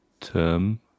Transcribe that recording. term